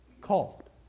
called